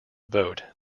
vote